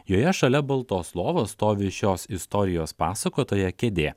joje šalia baltos lovos stovi šios istorijos pasakotoja kėdė